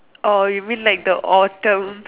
orh you mean like the autumn